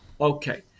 Okay